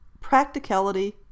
practicality